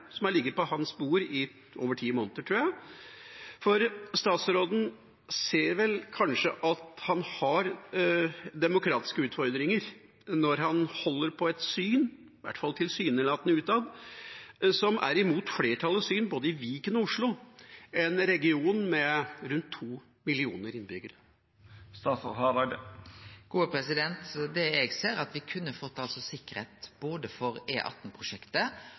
som har ligget på hans bord i over ti måneder, tror jeg? Statsråden ser vel kanskje at han har demokratiske utfordringer når han holder på et syn utad, i hvert fall tilsynelatende, som er imot flertallets syn både i Viken og i Oslo, en region med rundt 2 millioner innbyggere? Det eg ser, er at me kunne fått sikkerheit for både